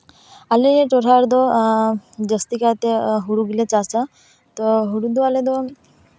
ᱟᱞᱮ ᱴᱚᱴᱷᱟ ᱨᱮᱫᱚ ᱡᱟᱹᱥᱛᱤ ᱠᱟᱭᱛᱮ ᱦᱩᱲᱩ ᱜᱮᱞᱮ ᱪᱟᱥᱼᱟ ᱛᱚ ᱦᱩᱲᱩ ᱫᱚ ᱟᱞᱮ ᱫᱚ